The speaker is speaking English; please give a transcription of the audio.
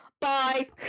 Bye